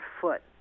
foot